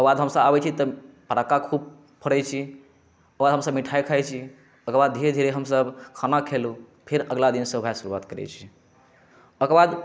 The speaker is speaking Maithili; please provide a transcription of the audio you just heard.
ओकर बाद हमसब आबै छी तऽ फटक्का खूब फोड़ै छी ओकर बाद हमसब मिठाई खाइ छी एकर बाद धीरे धीरे हमसब खाना खेलहुँ फेर अगिला दिनसँ ओकरा शुरुआत करै छी ओकर बाद